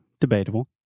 debatable